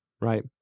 Right